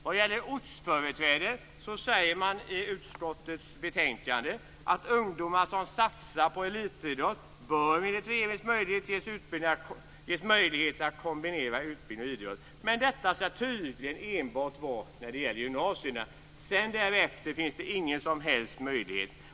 Vad det gäller ortsföreträde säger man i utskottets betänkande: "Ungdomar som satsar på elitidrott bör enligt regeringen ges möjligheter att kombinera utbildning och idrott." Men detta ska tydligen enbart gälla gymnasierna. Därefter finns det ingen som helst möjlighet.